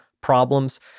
problems